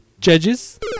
Judges